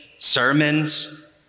Sermons